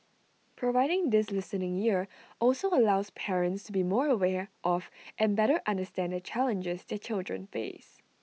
providing this listening ear also allows parents to be more aware of and better understand the challenges their children face